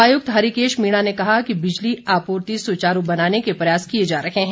उपायुक्त हरिकेष मीणा ने कहा कि बिजली आपूर्ति सुचारू बनाने के प्रयास किए जा रहे हैं